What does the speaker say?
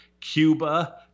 Cuba